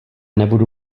nebudu